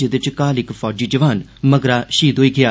जेदे च घाऽल इक फौजी जवान मगरा षहीद होई गेआ